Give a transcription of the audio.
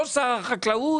לא שר החקלאות,